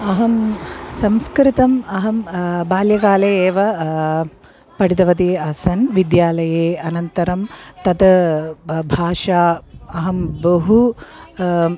अहं संस्कृतम् अहं बाल्यकाले एव पठितवती आसन् विद्यालये अनन्तरं तत् ब भाषा अहं बहु